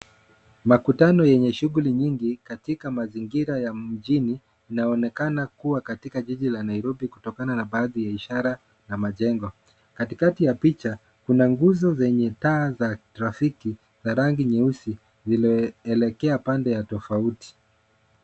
Makutano yenye shughuli nyingi katika mazingira ya mjini inaonekana kuwa katika jiji la Nairobi kutokana na baadhi ya ishara na majengo. Katikati ya picha kuna nguzo zenye taa za trafiki za rangi nyeusi ziloelekea pande tofauti.